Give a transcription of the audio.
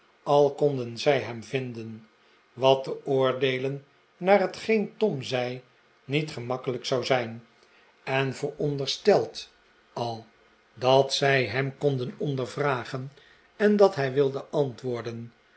al konden zij hem vinden wat te oordeelen naar hetgeen tom zei niet gemakkelijk zou zijn en verondersteld al dat zij hem konden ondervragen en dat hij wilde antwoorden